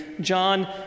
John